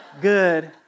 good